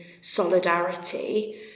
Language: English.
solidarity